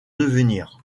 devenir